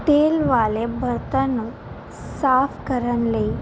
ਤੇਲ ਵਾਲੇ ਬਰਤਨ ਨੂੰ ਸਾਫ਼ ਕਰਨ ਲਈ